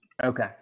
Okay